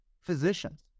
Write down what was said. physicians